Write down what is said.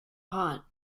hot